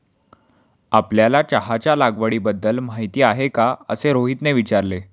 आपल्याला चहाच्या लागवडीबद्दल माहीती आहे का असे रोहितने विचारले?